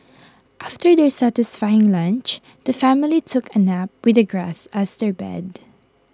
after their satisfying lunch the family took A nap with the grass as their bed